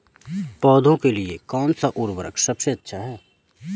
पौधों के लिए कौन सा उर्वरक सबसे अच्छा है?